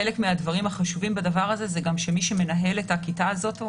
חלק מהדברים החשובים בדבר הזה זה מנהל בית הספר מנהל את הכיתה הזו,